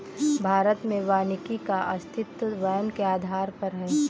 भारत में वानिकी का अस्तित्व वैन के आधार पर है